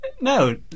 no